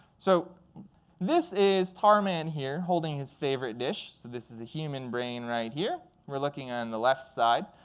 so this is tar man in here holding his favorite dish. so this is the human brain right here. we're looking in the left side.